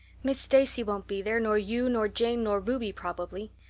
miss stacy won't be there, nor you nor jane nor ruby probably.